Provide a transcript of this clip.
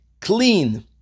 clean